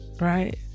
right